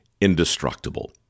indestructible